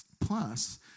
plus